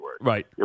right